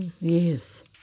Yes